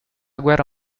guerra